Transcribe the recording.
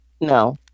No